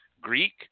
Greek